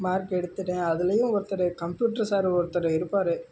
mark எடுத்துவிட்டேன் அதுலேயும் ஒருத்தர் கம்ப்யூட்ரு சார் ஒருத்தர் இருப்பார்